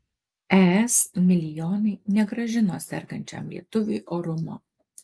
es milijonai negrąžino sergančiam lietuviui orumo